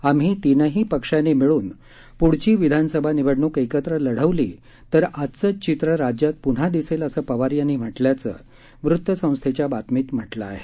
आम्ही तीनही पक्षांनी मिळून प्ढची विधानसभा निवडणूक एकत्र लढवली तर आजचंच चित्र राज्यात पृन्हा दिसेल असं पवार यांनी म्हटल्याचं वृतसंस्थेच्या बातमीत म्हटलं आहे